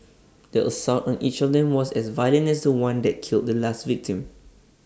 the assault on each of them was as violent as The One that killed the last victim